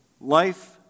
life